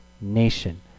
Nation